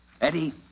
Eddie